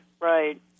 Right